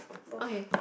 okay